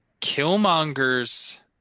Killmonger's